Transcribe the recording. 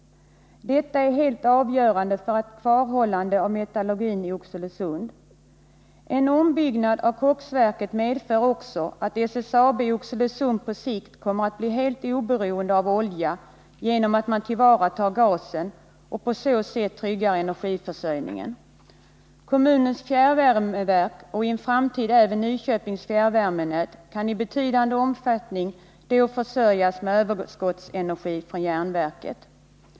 Detta är helt avgörande för ett kvarhållande av metallurgin i Oxelösund. En ombyggnad av koksverket medför också att SSAB i Oxelösund på sikt kommer att bli helt oberoende av olja genom att man tillvaratar gasen och på så sätt tryggar energiförsörjningen. Kommunens fjärrvärmeverk och i en framtid även Nyköpings fjärrvärmenät kan i betydande omfattning då försörjas med överskottsenergi från järnverket.